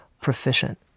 proficient